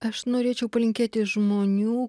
aš norėčiau palinkėti žmonių